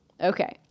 Okay